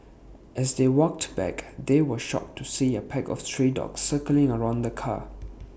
as they walked back they were shocked to see A pack of stray dogs circling around the car